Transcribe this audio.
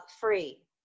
free